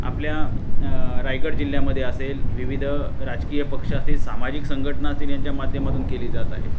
आपल्या रायगड जिल्ह्यामधे असेल विविध राजकीय पक्ष असतील सामाजिक संघटना असतील यांच्या माध्यमातून केली जात आहे